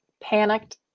Panicked